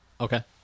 Okay